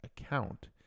account